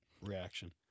reaction